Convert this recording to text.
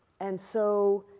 and so